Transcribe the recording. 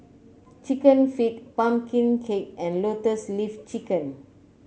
chicken feet pumpkin cake and Lotus Leaf Chicken